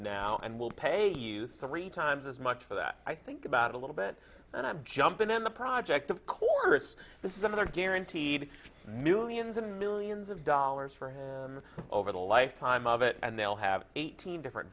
now and we'll pay you three times as much for that i think about a little bit and i'm jumping on the project of course this is another guaranteed millions and millions of dollars for him over the lifetime of it and they'll have eighteen different